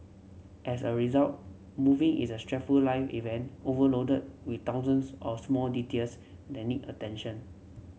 as a result moving is a stressful life event overloaded with thousands of small details that need attention